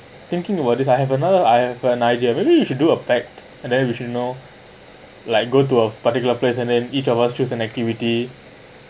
thinking about this I have another I have an idea maybe you should do pack then we should you know like go to a particular place and then each of us choose an activity